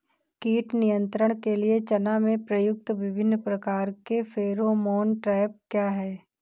कीट नियंत्रण के लिए चना में प्रयुक्त विभिन्न प्रकार के फेरोमोन ट्रैप क्या है?